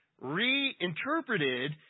reinterpreted